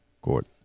court